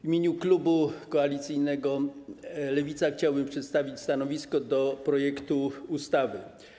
W imieniu klubu koalicyjnego Lewica chciałbym przedstawić stanowisko wobec projektu ustawy.